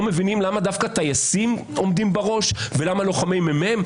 לא מבינים למה דווקא טייסים עומדים בראש ולמה לוחמי מ"מ?